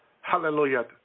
Hallelujah